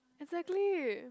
exactly